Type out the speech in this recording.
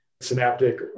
synaptic